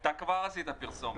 אתה כבר עשית פרסומת.